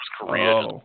Korea